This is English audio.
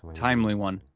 timely one,